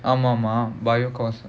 ஆமா ஆமா:aamaa aamaa biology course